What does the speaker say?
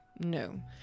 No